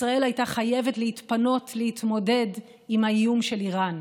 ישראל הייתה חייבת להתפנות להתמודד עם האיום של איראן.